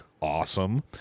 awesome